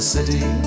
City